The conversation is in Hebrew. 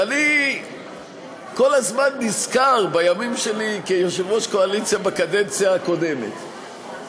ואני כל הזמן נזכר בימים שלי כיושב-ראש הקואליציה בקדנציה הקודמת,